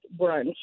brunch